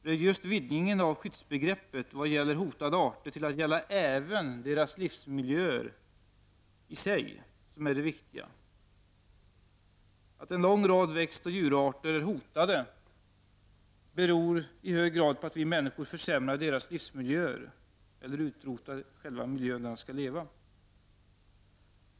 Det är just vidgningen av skyddsbegreppet i fråga om hotade arter till att gälla även deras livsmiljöer i sig som är det viktiga. Att en lång rad växtoch djurarter är hotade beror i hög grad på att vi människor försämrar deras livsmiljöer eller utrotar miljön där de skall leva.